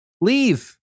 leave